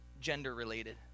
gender-related